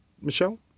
michelle